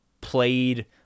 played